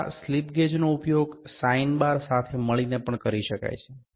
હવે આ slip gauge નો ઉપયોગ સાઈન બાર સાથે મળીને પણ કરી શકાય છે